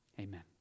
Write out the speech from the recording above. Amen